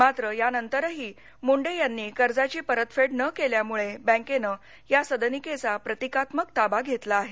मात्र या नंतरही मुंडे यांनी कर्जाची परतफेड न केल्यामुळे बँकेनं या सदनिकेचा प्रतीकात्मक ताबा घेतला आहे